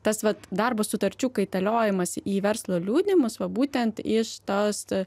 tas vat darbo sutarčių kaitaliojimąsi į verslo liudijimus va būtent iš tos